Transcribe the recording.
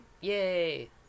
Yay